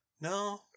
No